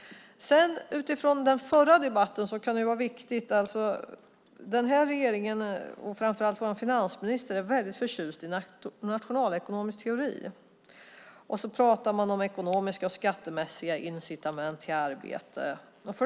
Den här regeringen och framför allt vår finansminister är väldigt förtjust i nationalekonomisk teori. Man pratar om ekonomiska och skattemässiga incitament till arbete.